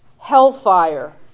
hellfire